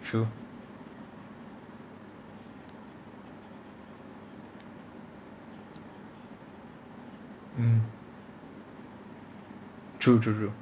true mm true true true